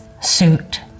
suit